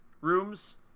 rooms